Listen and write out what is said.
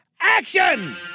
Action